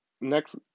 Next